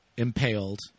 impaled